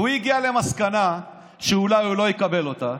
והוא הגיע למסקנה שאולי הוא לא יקבל אותה,